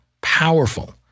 powerful